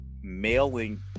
mailing